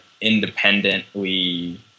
independently